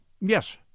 Yes